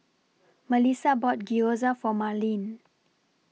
Melissa bought Gyoza For Marlene